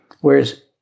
whereas